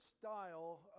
style